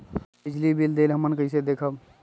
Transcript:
बिजली बिल देल हमन कईसे देखब?